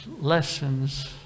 lessons